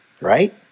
Right